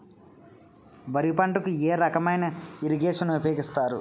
వరి పంటకు ఏ రకమైన ఇరగేషన్ ఉపయోగిస్తారు?